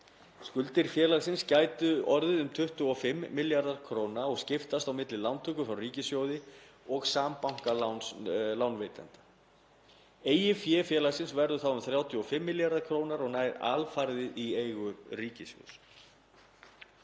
Skuldir félagsins gætu orðið um 25 milljarðar kr. og skiptast á milli lántöku frá ríkissjóði og sambankaláns lánveitenda. Eigið fé félagsins verður þá um 35 milljarðar kr. og nær alfarið í eigu ríkissjóðs.